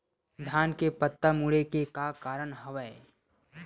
धान के पत्ता मुड़े के का कारण हवय?